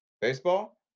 Baseball